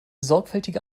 sorgfältige